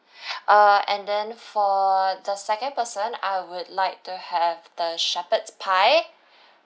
err and then for the second person I would like to have the shepherd's pie